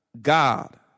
God